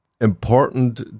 important